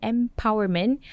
Empowerment